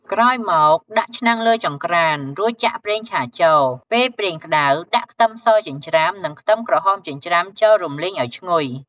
ក្រោយមក ដាក់ឆ្នាំងលើចង្ក្រាន រួចចាក់ប្រេងឆាចូល ពេលប្រេងក្ដៅ ដាក់ខ្ទឹមសចិញ្ច្រាំ និងខ្ទឹមក្រហមចិញ្ច្រាំចូល រំលីងឲ្យឈ្ងុយ។